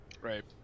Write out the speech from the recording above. right